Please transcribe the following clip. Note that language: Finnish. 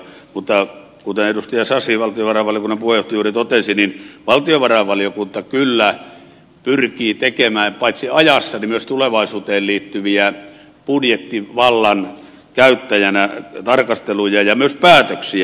mutta kuten edustaja sasi valtiovarainvaliokunnan puheenjohtaja juuri totesi valtiovarainvaliokunta kyllä pyrkii budjettivallan käyttäjänä tekemään paitsi ajassa myös tulevaisuuteen liittyviä tarkasteluja ja päätöksiä